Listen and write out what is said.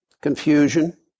confusion